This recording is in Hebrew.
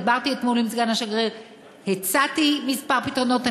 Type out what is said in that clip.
דיברתי אתמול עם סגן השגריר והצעתי כמה פתרונות.